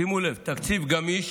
שימו לב, תקציב גמיש,